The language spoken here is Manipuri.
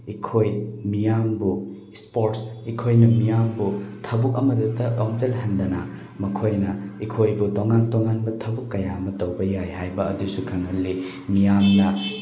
ꯑꯩꯈꯣꯏ ꯃꯤꯌꯥꯝꯕꯨ ꯏꯁꯄꯣꯔꯠ ꯑꯩꯈꯣꯏꯅ ꯃꯤꯌꯥꯝꯕꯨ ꯊꯕꯛ ꯑꯃꯇꯗ ꯑꯣꯟꯁꯤꯜꯍꯟꯗꯅ ꯃꯈꯣꯏꯅ ꯑꯩꯈꯣꯏꯕꯨ ꯇꯣꯉꯥꯟ ꯇꯣꯉꯥꯟꯕ ꯊꯕꯛ ꯀꯌꯥ ꯑꯃ ꯇꯧꯕ ꯌꯥꯏ ꯍꯥꯏꯕ ꯑꯗꯨꯁꯨ ꯈꯪꯍꯜꯂꯤ ꯃꯤꯌꯥꯝꯅ